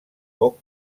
poc